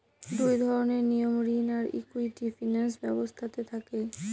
দুই ধরনের নিয়ম ঋণ আর ইকুইটি ফিনান্স ব্যবস্থাতে থাকে